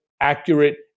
accurate